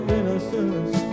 innocence